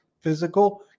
physical